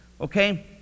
Okay